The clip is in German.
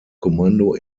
kommando